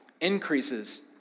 increases